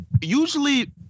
usually